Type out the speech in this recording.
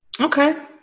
Okay